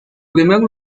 primer